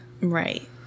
Right